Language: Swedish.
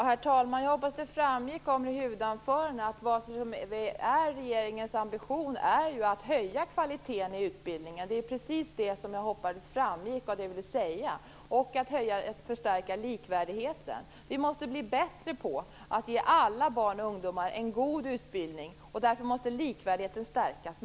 Herr talman! Jag hoppas att det framgick av mitt huvudanförande att regeringens ambition är att höja kvaliteten i utbildningen. Det är precis det som jag hoppades framgick av det jag sade. Regeringens ambition är också att stärka likvärdigheten. Vi måste bli bättre på att ge alla barn och ungdomar en god utbildning. Därför måste likvärdigheten stärkas.